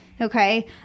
okay